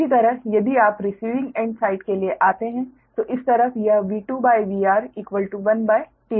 इसी तरह यदि आप रिसीविंग एंड साइड के लिए आते हैं तो इस तरफ यह V2VR1tR होगा